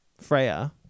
Freya